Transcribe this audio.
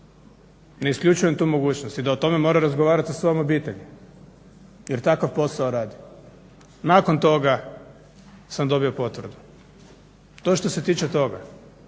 Ne isključujem tu mogućnost, i da o tome mora razgovarati sa svojom obitelji jer takav posao radi. Nakon toga sam dobio potvrdu. To je što se tiče toga.